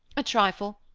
a trifle.